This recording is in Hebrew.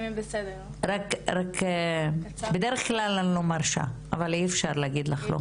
אני באמת באתי למקום הזה ולפגישה הזו עם